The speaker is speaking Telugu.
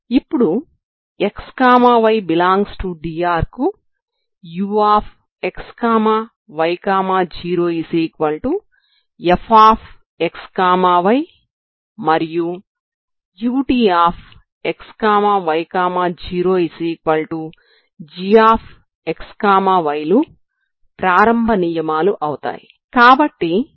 ఇప్పుడు xy ∈ DR కు uxy0fxy మరియు utxy0gxy లు ప్రారంభ నియమాలు అవుతాయి